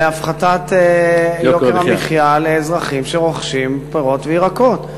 להפחתת יוקר המחיה לאזרחים שרוכשים פירות וירקות.